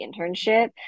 internship